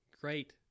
great